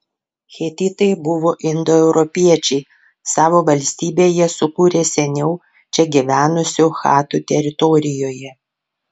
hetitai buvo indoeuropiečiai savo valstybę jie sukūrė seniau čia gyvenusių chatų teritorijoje